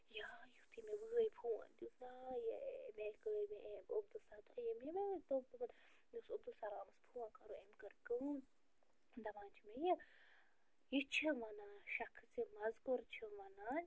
یا یُتھٕے مےٚ بٲے فون دیُت نا یے مےٚ مےٚ اوس عبُدالسلامس فون کَرُن أمۍ کٔر کٲم دپان چھُ مےٚ یہِ یہِ چھُ وَنان شخژِ مزکوٗر چھُ وَنان